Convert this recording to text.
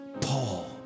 Paul